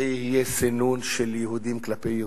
זה יהיה סינון של יהודים כלפי יהודים.